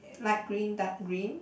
light green dark green